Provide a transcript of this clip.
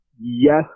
Yes